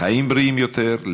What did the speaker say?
לחיים בריאים יותר,